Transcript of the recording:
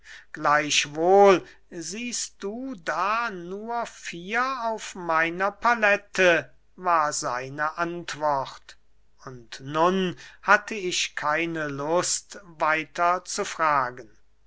gleichwohl siehst du nur vier auf meiner palette war seine antwort und nun hatte ich keine lust weiter zu fragen